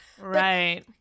Right